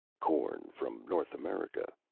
corn from north america,